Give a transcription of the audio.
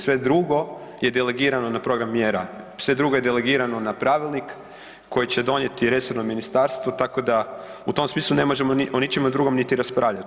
Sve drugo je delegirano na program mjera, sve drugo je delegirano na pravilnik koje će donijeti resorno ministarstvo, tako da u tom smislu, ne možemo o ničem drugom niti raspravljati.